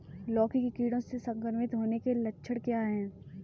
लौकी के कीड़ों से संक्रमित होने के लक्षण क्या हैं?